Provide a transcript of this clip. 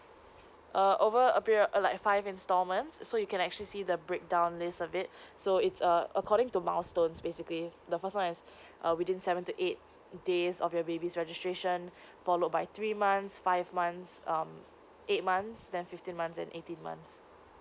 err over a period of like five instalments so you can actually see the breakdown list of it so it's err according to milestones basically the first one is err within seven to eight days of your babies registration followed by three months five months um eight months then fifteen months then eighteen months